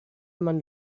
man